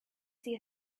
see